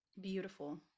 Beautiful